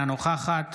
אינה נוכחת